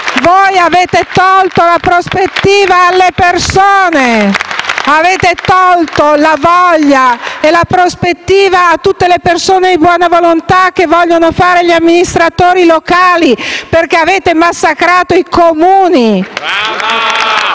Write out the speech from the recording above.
Voi avete tolto la prospettiva alle persone, avete tolto la voglia e la prospettiva a tutte le persone di buona volontà che vogliono fare gli amministratori locali, perché avete massacrato i Comuni*.